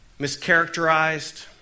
mischaracterized